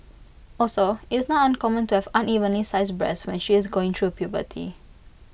also IT is not uncommon to have unevenly sized breasts when she is going through puberty